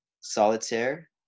Solitaire